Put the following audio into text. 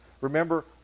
remember